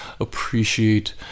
appreciate